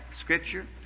scripture